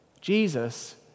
Jesus